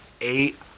eight